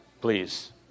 please